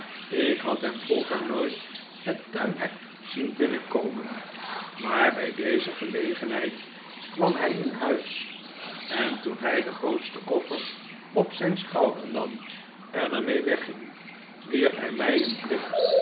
ik had hem vroeger nooit het tuinhek zien binnenkomen maar bij deze gelegenheid kwam hij in huis en toen hij den grootsten koffer op zijn schouder nam en er mee weggging wierp hij mij een blik